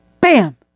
BAM